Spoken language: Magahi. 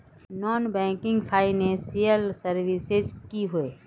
नॉन बैंकिंग फाइनेंशियल सर्विसेज की होय?